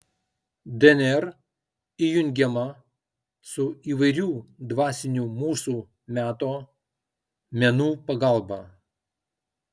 dnr įjungiama su įvairių dvasinių mūsų meto menų pagalba